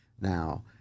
Now